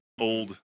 old